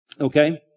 okay